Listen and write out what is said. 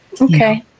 Okay